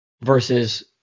versus